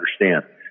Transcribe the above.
understand